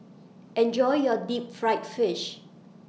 Enjoy your Deep Fried Fish